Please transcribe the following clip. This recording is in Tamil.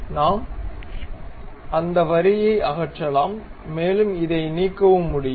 நாம் அந்த வரியை அகற்றலாம் மேலும் இதை நீக்கவும் முடியும்